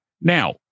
Now